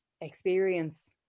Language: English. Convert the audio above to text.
experience